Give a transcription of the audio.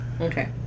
Okay